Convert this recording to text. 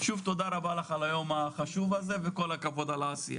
שוב תודה לך על היום החשוב הזה וכל הכבוד על העשייה.